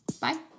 Bye